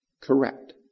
correct